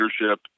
leadership